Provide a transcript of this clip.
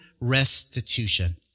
restitution